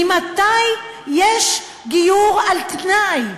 ממתי יש גיור על-תנאי?